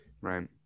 right